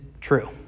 true